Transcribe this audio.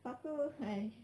lepas tu !hais!